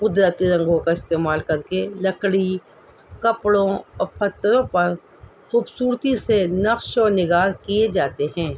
قدرتی رنگوں کا استعمال کر کے لکڑی کپڑوں اور پتھروں پر خوبصورتی سے نقش و نگار کیے جاتے ہیں